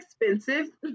expensive